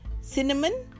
cinnamon